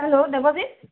hello Nabajit